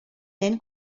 nen